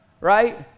Right